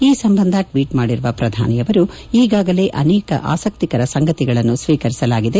ಈ ಸಂಬಂಧ ಟ್ವೀಟ್ ಮಾಡಿರುವ ಪ್ರಧಾನಮಂತ್ರಿಗಳು ಈಗಾಗಲೇ ಅನೇಕ ಆಸಕ್ತಿಕರ ಸಂಗತಿಗಳನ್ನು ಸ್ವೀಕಾರ ಮಾಡಲಾಗಿದೆ